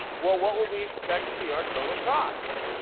well, what would we expect to be our total costs?